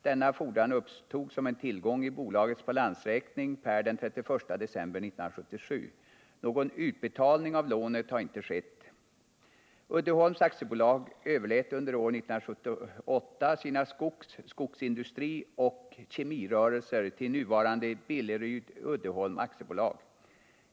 Denna fordran upptogs som en tillgång i bolagets balansräkning per den 31 december 1977. Någon utbetalning av lånet har inte skett. Uddeholms AB överlät under år 1978 sina skogs-, skogsindustrioch kemirörelser till nuvarande Billerud Uddeholm AB.